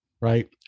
right